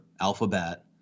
alphabet